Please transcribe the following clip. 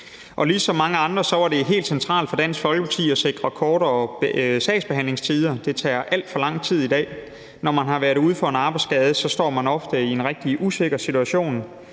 Ligesom for mange andre var det helt centralt for Dansk Folkeparti at sikre kortere sagsbehandlingstider. Det tager alt for lang tid i dag. Når man har været ude for en arbejdsskade, står man ofte i en rigtig usikker situation: